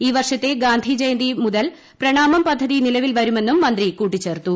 ഈ വർഷത്തെ ഗാന്ധിജയന്തി മുതൽ പ്രണാമം പദ്ധതി നിലവിൽ വരുമെന്നും മന്ത്രി കൂട്ടിച്ചേർത്തു